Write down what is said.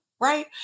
right